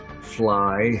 fly